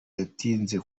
yatinze